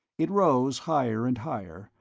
it rose higher and higher,